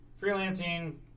freelancing